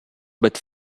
but